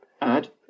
Add